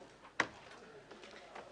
11:32.